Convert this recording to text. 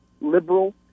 liberal